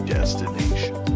Destination